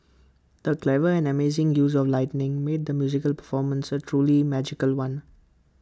the clever and amazing use of lighting made the musical performance A truly magical one